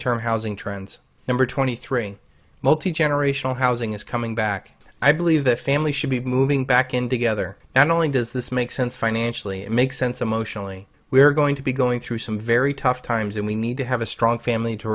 term housing trends number twenty three multi generational housing is coming back i believe the family should be moving back in to gather not only does this make sense financially it makes sense emotionally we are going to be going through some very tough times and we need to have a strong family to